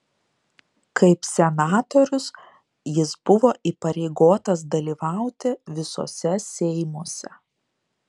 kaip senatorius jis buvo įpareigotas dalyvauti visuose seimuose